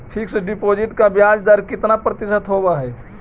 Fix deposit का ब्याज दर कितना प्रतिशत होब है?